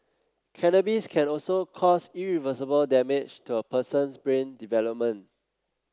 cannabis can also cause irreversible damage to a person's brain development